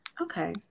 Okay